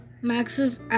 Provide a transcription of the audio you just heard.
Max's